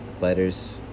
letters